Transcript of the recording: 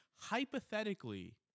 hypothetically